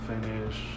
finish